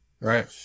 Right